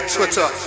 Twitter